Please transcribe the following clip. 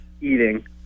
eating